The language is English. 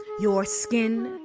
your skin,